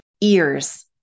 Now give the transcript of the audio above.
ears